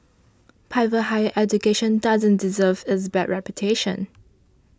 private higher education doesn't deserve its bad reputation